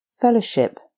fellowship